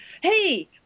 Hey